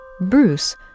Bruce